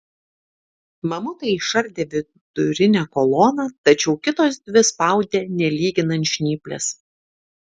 mamutai išardė vidurinę koloną tačiau kitos dvi spaudė nelyginant žnyplės